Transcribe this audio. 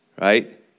right